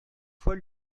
fois